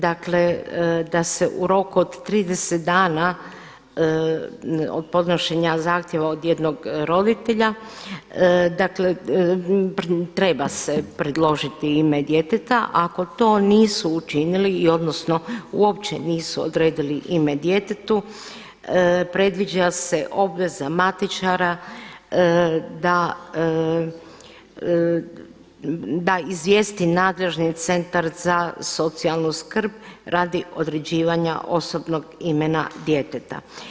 Dakle, da se u roku od 30 dana od podnošenja zahtjeva od jednog roditelja, dakle treba se predložiti ime djeteta ako to nisu učinili odnosno uopće nisu odredili ime djetetu, predviđa se obveza matičara da izvijesti nadležni centar za socijalnu skrb radi određivanja osobnog imena djeteta.